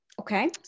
Okay